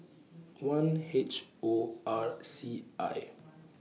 one H O R C I